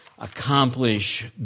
Accomplish